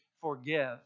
forgive